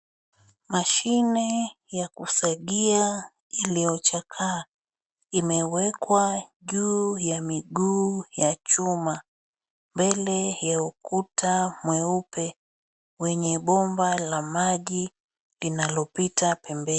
Mashine ya kusagia iliochakaa imewekwa juu ya miguu ya chuma mbele ya ukuta mweupe wenye bomba la maji linalopita pembeni.